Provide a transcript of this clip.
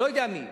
אני לא יודע מי.